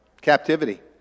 captivity